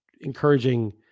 encouraging